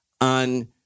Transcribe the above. on